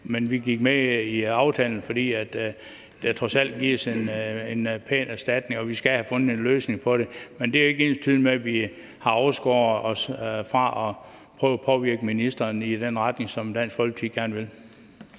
Men vi gik med i aftalen, fordi der trods alt gives en pæn erstatning og vi skal have fundet en løsning på det. Men det er ikke ensbetydende med, at vi har afskåret os fra at prøve at påvirke ministeren i den retning, som Dansk Folkeparti gerne vil.